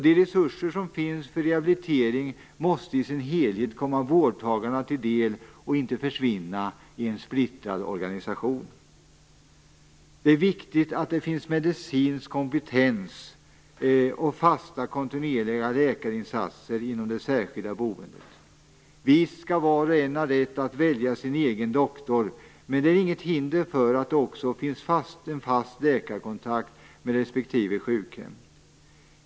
De resurser som finns för rehabilitering måste i sin helhet komma vårdtagarna till del och inte försvinna i en splittrad organisation. Det är viktigt att det finns medicinsk kompetens och fasta kontinuerliga läkarinsatser inom det särskilda boendet. Visst skall var och en ha rätt att välja sin egen doktor, men det är inget hinder för att det också skall finnas en fast läkarkontakt med respektive sjukhem.